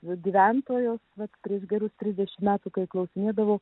gyventojos vat tris gerus trisdešimt metų kai klausinėdavau